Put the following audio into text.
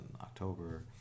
october